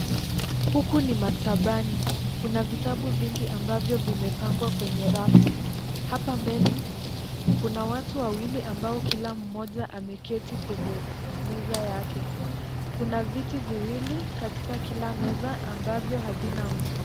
Huku ni maktabani. Kuna vitabu vingi ambavyo vimepangwa kwenye rafu. Hapa mbele kuna watu wawili ambao kila mmoja ameketi kwenye meza yake. Kuna viti viwili katika kila meza ambavyo havina mtu.